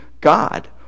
God